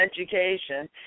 education